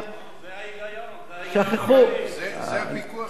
נכון, זה ההיגיון הבריא.